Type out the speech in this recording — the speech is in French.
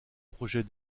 projet